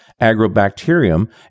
agrobacterium